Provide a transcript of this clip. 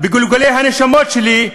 בגלגולי הנשמות שלי,